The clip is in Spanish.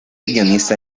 guionista